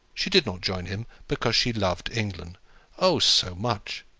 she did not join him because she loved england oh, so much!